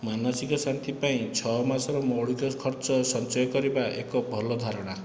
ମାନସିକ ଶାନ୍ତି ପାଇଁ ଛଅ ମାସର ମୌଳିକ ଖର୍ଚ୍ଚ ସଞ୍ଚୟ କରିବା ଏକ ଭଲ ଧାରଣା